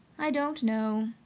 i don't know,